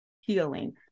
healing